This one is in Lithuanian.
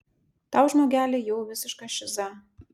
tau žmogeli jau visiška šiza